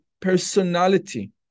personality